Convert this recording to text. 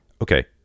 Okay